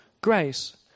grace